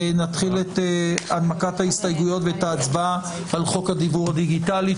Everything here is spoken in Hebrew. נתחיל את הנמקת ההסתייגויות ואת ההצבעה על חוק הדיוור הדיגיטלי.